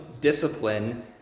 discipline